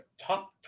top